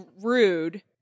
rude